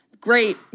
Great